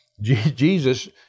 Jesus